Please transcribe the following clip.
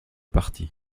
partis